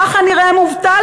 ככה נראה מובטל?